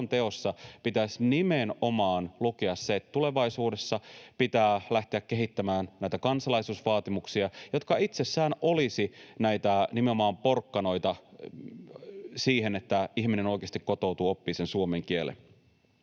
selonteossa pitäisi nimenomaan lukea se, että tulevaisuudessa pitää lähteä kehittämään näitä kansalaisuusvaatimuksia, jotka itsessään olisivat nimenomaan näitä porkkanoita siihen, että ihminen oikeasti kotoutuu, oppii sen suomen kielen?